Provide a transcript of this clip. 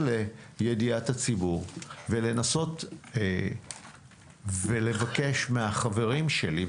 לידיעת הציבור; ולנסות ולבקש מהחברים שלי,